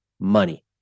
money